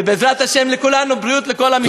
ובעזרת השם, לכולנו, בריאות לכל המשפחות.